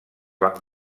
van